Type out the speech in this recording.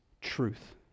truth